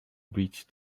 bridge